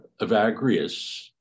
Evagrius